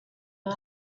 all